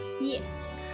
Yes